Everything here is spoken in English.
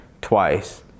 twice